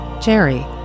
Jerry